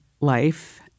life